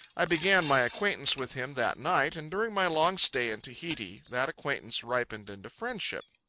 i began my acquaintance with him that night, and during my long stay in tahiti that acquaintance ripened into friendship.